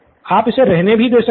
आप इसे रहने भी दे सकते हैं